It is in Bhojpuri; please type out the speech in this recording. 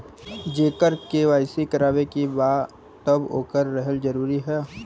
जेकर के.वाइ.सी करवाएं के बा तब ओकर रहल जरूरी हे?